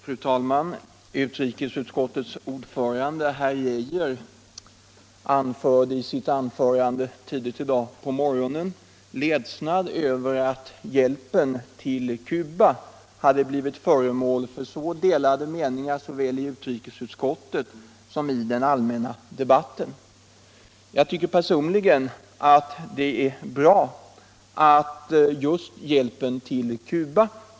Fru talman! Utrikesutskouets ordförande herr Arne Geijer beklagade i sill anförande i dag på morgonen att hjälpen till Cuba blivit föremål för delade meningar i utrikesutskottet och i den allmänna debatten. Jag tycker personligen alt det är bra att just hjälpen tull Cuba.